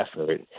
effort